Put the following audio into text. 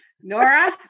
Nora